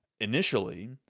initially